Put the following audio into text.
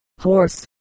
horse